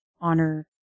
honor